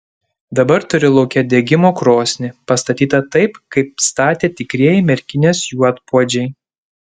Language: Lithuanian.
dabar turi lauke degimo krosnį pastatytą taip kaip statė tikrieji merkinės juodpuodžiai